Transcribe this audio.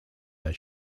they